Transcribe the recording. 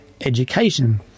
Education